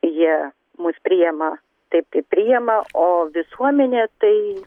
jie mus priima taip kaip priima o visuomenė tai